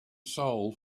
soul